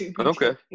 Okay